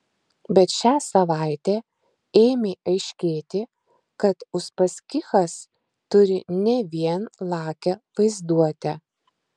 bet šią savaitę ėmė aiškėti kad uspaskichas turi ne vien lakią vaizduotę